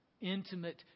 intimate